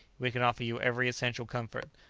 we can offer you every essential comfort,